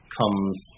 comes